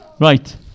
Right